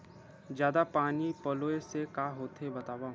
जादा पानी पलोय से का होथे बतावव?